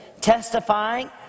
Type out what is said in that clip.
testifying